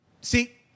See